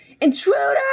intruder